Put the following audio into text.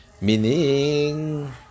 Meaning